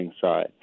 side